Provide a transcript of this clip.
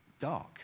dark